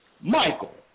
Michael